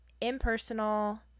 impersonal